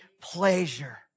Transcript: pleasure